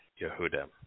Yehuda